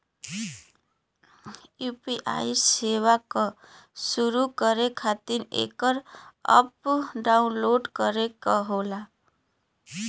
UPI सेवा क शुरू करे खातिर एकर अप्प डाउनलोड करे क होला